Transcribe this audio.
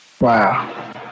Wow